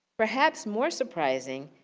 perhaps more surprising,